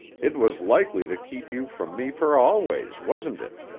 it was likely to keep you from me for always, wasn't it?